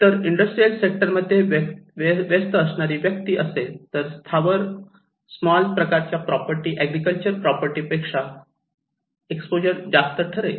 तर industrial sector मध्ये व्यस्त असणारी वस्ती असेल तर स्थावर स्मॉल प्रकारच्या प्रॉपर्टी एग्रीकल्चर प्रॉपर्टी पेक्षा एक्सपोजर जास्त ठरेल